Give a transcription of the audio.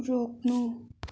रोक्नु